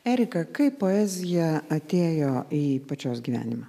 erika kaip poezija atėjo į pačios gyvenimą